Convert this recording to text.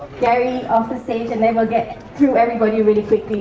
gary, off the stage, and then we'll get through everybody really quickly.